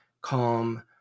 calm